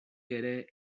ere